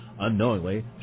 Unknowingly